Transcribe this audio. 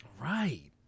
Right